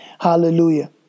Hallelujah